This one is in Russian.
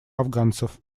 афганцев